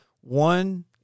One